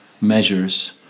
measures